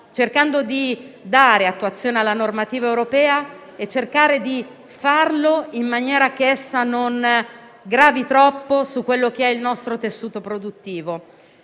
cercando di dare attuazione alla normativa europea e di farlo in maniera che essa non gravi troppo sul nostro tessuto produttivo.